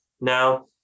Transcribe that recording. now